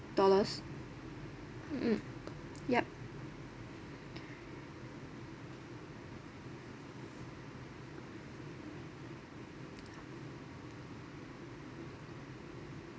dollars mm yup